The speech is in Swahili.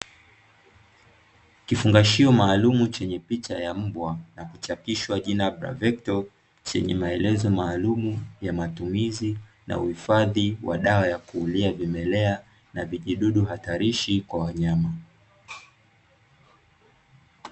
Kifungashio maalumu chenye picha ya mbwa, na kuchapisha jina bravekto chenye maelezo maalumu ya matumizi na uhifadhi wa dawa ya kuulia vimelea na vijidudu hatarishi kwa wanyama.